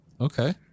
Okay